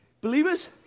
Believers